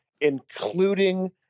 including